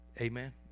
amen